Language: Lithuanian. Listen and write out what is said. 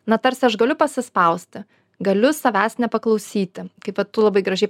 na tarsi aš galiu pasispausti galiu savęs nepaklausyti kaip va tu labai gražiai